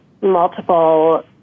multiple